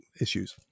issues